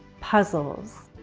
puzzles.